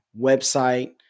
website